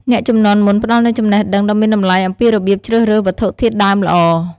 អ្នកជំនាន់មុនផ្ដល់នូវចំណេះដឹងដ៏មានតម្លៃអំពីរបៀបជ្រើសរើសវត្ថុធាតុដើមល្អ។